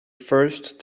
thirst